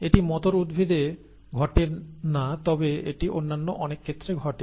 এটি মটর উদ্ভিদে ঘটে না তবে এটি অন্যান্য অনেক ক্ষেত্রে ঘটে